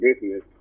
business